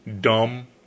dumb